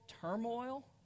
turmoil